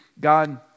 God